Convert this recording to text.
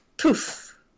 poof